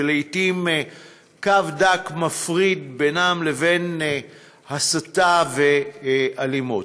שלעתים קו דק מפריד בינם לבין הסתה ואלימות.